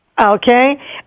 Okay